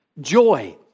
joy